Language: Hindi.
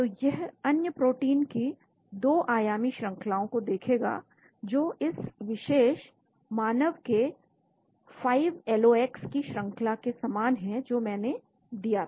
तो यह अन्य प्रोटीनों के 2 आयामी श्रंखलाओ को देखेगा जो इस विशेष मानव के 5LOX की श्रंखला के समान हैं जो मैंने दिया था